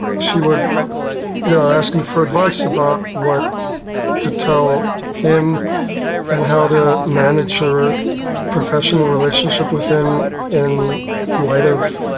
she would, you know, ask me for advice about what to tell him and how to manage her professional relationship with him in light of